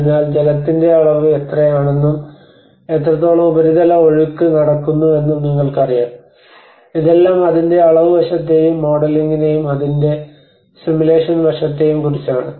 അതിനാൽ ജലത്തിന്റെ അളവ് എത്രയാണെന്നും എത്രത്തോളം ഉപരിതല ഒഴുക്ക് നടക്കുന്നുവെന്നും നിങ്ങൾക്കറിയാം ഇതെല്ലാം അതിന്റെ അളവ് വശത്തെയും മോഡലിംഗിനെയും അതിന്റെ സിമുലേഷൻ വശത്തെയും കുറിച്ചാണ്